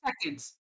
seconds